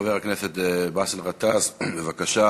חבר הכנסת באסל גטאס, בבקשה.